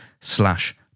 slash